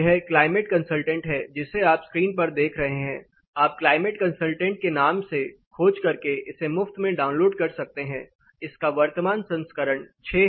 यह climate consultant है जिसे आप स्क्रीन पर देख रहे हैं आप क्लाइमेट कंसलटेंट के नाम से खोज करके इसे मुफ्त में डाउनलोड कर सकते हैं इसका वर्तमान संस्करण 6 है